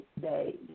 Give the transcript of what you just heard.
day